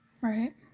Right